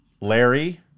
Larry